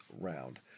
round